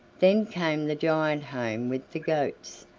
then came the giant home with the goats.